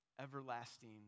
Everlasting